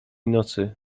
nocy